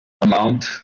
amount